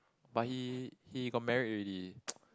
but he he got married already